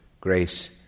Grace